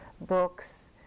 books